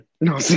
no